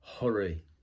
hurry